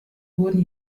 wurden